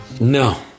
No